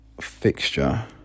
fixture